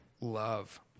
love